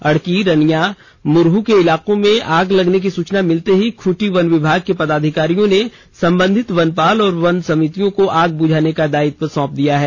अड़की रनियां मुरह के इलाकों में आग लगने की सूचना मिलते ही खूंटी वन विभाग के पदाधिकारी ने संबंधित वनपाल और वन समितियों को आग बुझाने का दायित्व सौंप दिया है